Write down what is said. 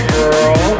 girl